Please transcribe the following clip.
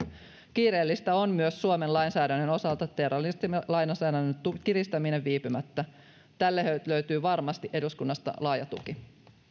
kiireellistä on myös suomen lainsäädännön osalta terroristilainsäädännön kiristäminen viipymättä tälle löytyy varmasti eduskunnasta laaja tuki